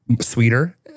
sweeter